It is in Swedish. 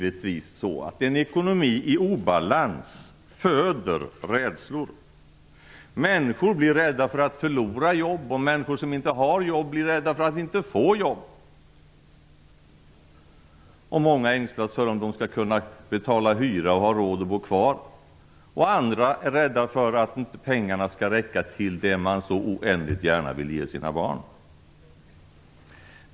En ekonomi i obalans föder givetvis rädslor. Människor blir rädda för att förlora jobb, och människor som inte har jobb blir rädda för att inte få jobb. Många ängslas för om de skall kunna betala hyra och ha råd att bo kvar. Andra är rädda att inte pengarna skall räcka till det man så väldigt gärna vill ge sina barn.